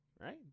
right